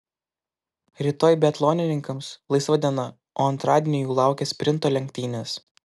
rytoj biatlonininkams laisva diena o antradienį jų laukia sprinto lenktynės